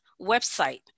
website